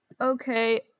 Okay